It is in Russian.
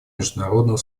международного